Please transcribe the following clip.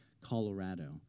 Colorado